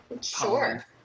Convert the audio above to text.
Sure